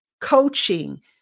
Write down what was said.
coaching